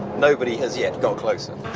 nobody has yet got closer.